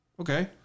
Okay